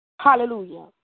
Hallelujah